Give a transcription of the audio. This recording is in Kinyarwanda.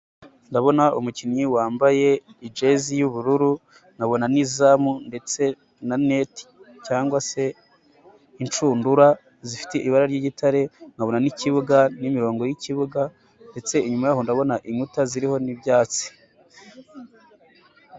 Ndabona umukinnyi wambaye ijezi y'ubururu, nkabona n'izamu ndetse na neti cyangwa se inshundura zifite ibara ry'igitare, nkabona n'ikibuga n'imirongo y'ikibuga ndetse inyuma y'aho ndabona inkuta ziriho n'ibyatsi.